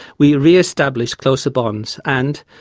we re-established closer bonds and,